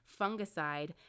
fungicide